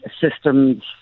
systems